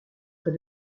près